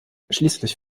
schließlich